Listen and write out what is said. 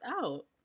out